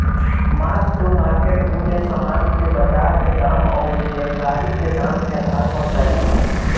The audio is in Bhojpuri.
मार्क टू मार्केट मूल्य समान के बाजार के दाम अउरी देनदारी के दाम के आधार पर तय होला